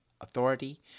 Authority